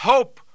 Hope